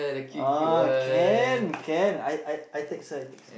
uh can can I I I text her I text